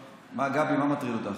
גבי, מה מטריד אותך?